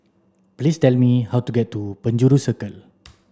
please tell me how to get to Penjuru Circle